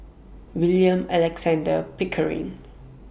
William Alexander Pickering